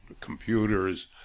computers